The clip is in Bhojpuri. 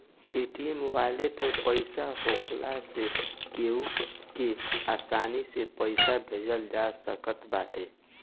पेटीएम वालेट में पईसा होखला से केहू के आसानी से पईसा भेजल जा सकत बाटे